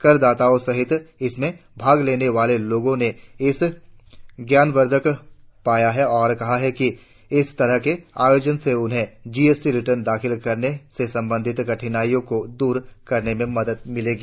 कर दाताओं सहित इसमें भाग लेने वाले लोगों ने इसे ज्ञानवर्द्वक पाया है और कहा है कि इस तरह के आयोजन से उन्हें जीएसटी रिटर्न दाखिल करने से संबंधित कठिनाईयों को दूर करने में मदद मिलेगी